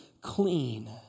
clean